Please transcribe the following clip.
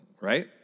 right